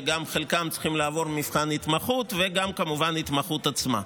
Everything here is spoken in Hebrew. וחלקם גם צריכים לעבור מבחן התמחות וגם כמובן את ההתמחות עצמה.